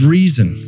reason